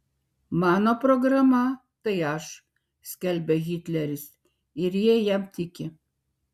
mano programa tai aš skelbia hitleris ir jie jam tiki